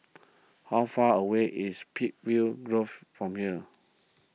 how far away is Peakville Grove from here